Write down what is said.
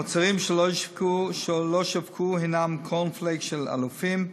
המוצרים שלא שווקו הם "קורנפלקס של אלופים",